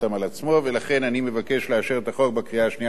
לכן אני מבקש לאשר את הצעת החוק בקריאה השנייה ובקריאה השלישית.